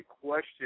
question